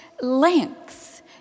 lengths